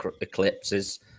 eclipses